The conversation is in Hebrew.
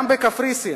גם בקפריסין,